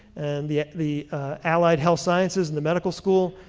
and the the allied health sciences, and the medical school,